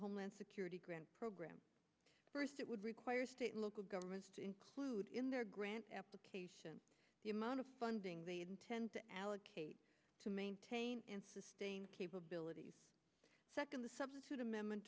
homeland security grant program first it would require state and local governments to include in their grant application the amount of funding they intend to allocate to maintain and sustain capabilities second the substitute amendment